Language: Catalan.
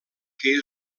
que